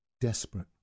desperate